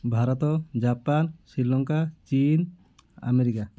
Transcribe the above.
Bharat Japan Sri Lanka ଚୀନ୍ America